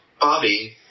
Bobby